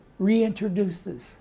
reintroduces